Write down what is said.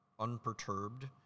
unperturbed